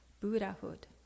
Buddhahood